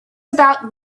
about